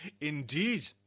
indeed